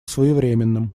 своевременным